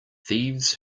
thieves